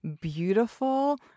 beautiful